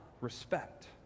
respect